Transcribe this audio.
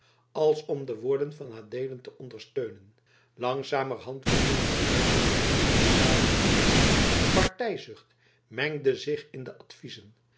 als om de woorden van adeelen te ondersteunen langzamerhand begonnen de uitdrukkingen minder bezadigd te worden partijzucht mengde zich in de adviezen